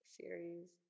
series